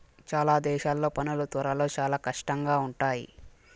చాలా దేశాల్లో పనులు త్వరలో చాలా కష్టంగా ఉంటాయి